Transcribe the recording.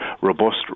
robust